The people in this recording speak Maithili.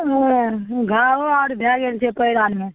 घाउ आओर भए गेल छै पाएर आओरमे